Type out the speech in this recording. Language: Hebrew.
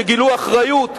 שגילו אחריות,